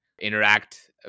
interact